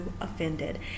offended